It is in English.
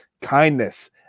kindness